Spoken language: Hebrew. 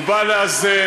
הוא בא לאזן.